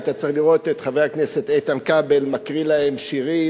היית צריך לראות את חבר הכנסת איתן כבל מקריא להם שירים,